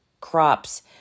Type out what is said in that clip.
crop's